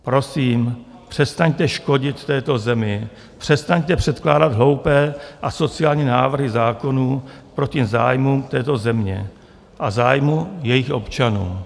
Prosím, přestaňte škodit v této zemi, přestaňte předkládat hloupé, asociální návrhy zákonů proti zájmům této země a zájmu jejích občanů.